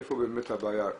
איפה באמת הבעיה?